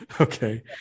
Okay